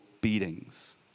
beatings